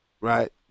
right